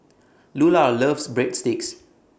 Lular loves Breadsticks